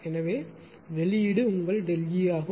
எனவே வெளியீடு உங்கள் ΔE ஆகும்